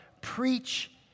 preach